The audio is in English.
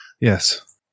Yes